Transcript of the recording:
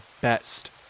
best